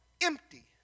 empty